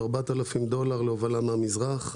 4,000 דולר להובלה מהמזרח.